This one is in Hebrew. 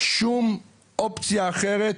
שום אופציה אחרת,